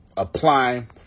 Apply